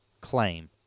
claim